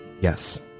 yes